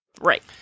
Right